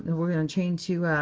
and we're going to change two